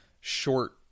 short